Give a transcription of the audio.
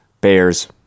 bears